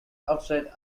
outside